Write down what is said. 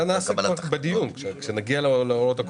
זה נעשה כבר בדיון כשנגיע להוראות הקבועות.